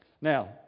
Now